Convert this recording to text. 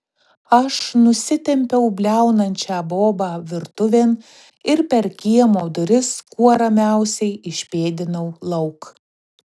aš nusitempiau bliaunančią bobą virtuvėn ir per kiemo duris kuo ramiausiai išpėdinau lauk